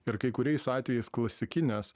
ir kai kuriais atvejais klasikinės